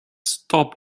stop